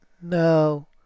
No